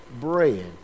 bread